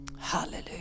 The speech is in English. Hallelujah